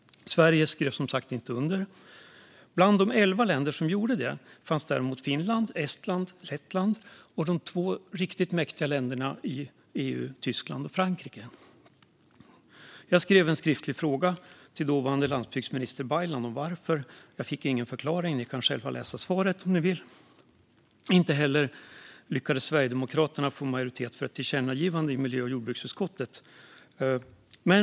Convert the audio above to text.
Sverige skrev, som sagt, inte under. Bland de elva länder som däremot gjorde det fanns Finland, Estland och Lettland samt de två riktigt mäktiga länderna i EU: Tyskland och Frankrike. Jag frågade den dåvarande landsbygdsministern Baylan varför i en skriftlig fråga men fick ingen förklaring - ni kan själva läsa svaret om ni vill. Inte heller lyckades Sverigedemokraterna få majoritet för ett tillkännagivande i miljö och jordbruksutskottet.